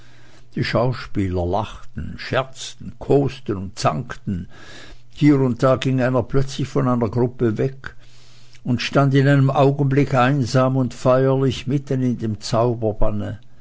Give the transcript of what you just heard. die schauspieler lachten scherzten koseten und zankten hier und da ging einer plötzlich von seiner gruppe weg und stand in einem augenblicke einsam und feierlich mitten in dem zauberbanne